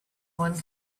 one